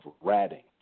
ratting